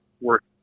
work